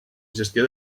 gestió